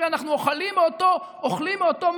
הרי אנחנו אוכלים מאותו מסטינג,